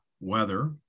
weather